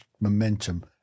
momentum